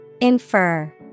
Infer